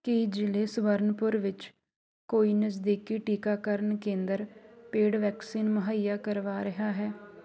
ਕੀ ਜ਼ਿਲੇ ਸਵਰਨਪੁਰ ਵਿੱਚ ਕੋਈ ਨਜ਼ਦੀਕੀ ਟੀਕਾਕਰਨ ਕੇਂਦਰ ਪੇਡ ਵੈਕਸੀਨ ਮੁਹੱਈਆ ਕਰਵਾ ਰਿਹਾ ਹੈ